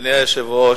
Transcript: אדוני היושב-ראש,